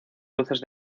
luces